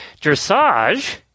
dressage